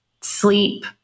sleep